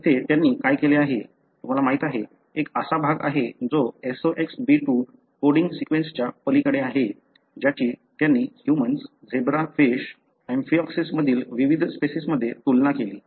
येथे त्यांनी काय केले आहे तुम्हाला माहिती आहे एक असा भाग आहे जो SOX B2 कोडींग सीक्वेन्सच्या पलीकडे आहे ज्याची त्यांनी ह्यूमन्स झेब्रा फिश अँफिऑक्सेस मधील विविध स्पेसिसमध्ये तुलना केली